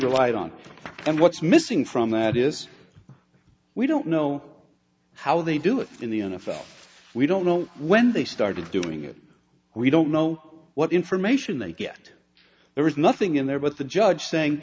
relied on and what's missing from that is we don't know how they do it in the n f l we don't know when they started doing it we don't know what information they get there is nothing in there but the judge